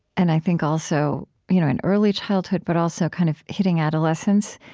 and i think, also you know in early childhood, but also, kind of hitting adolescence,